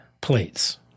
Plates